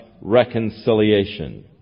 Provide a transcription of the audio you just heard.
reconciliation